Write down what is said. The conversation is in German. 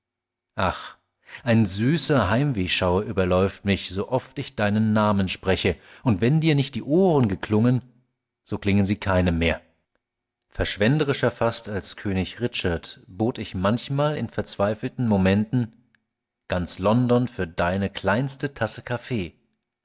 ach ein süßer heimwehschauer überläuft mich so oft ich deinen namen spreche und wenn dir nicht die ohren geklungen so klingen sie keinem mehr verschwenderischer fast als könig richard bot ich manchmal in verzweifelten momenten ganz london für deine kleinste tasse kaffee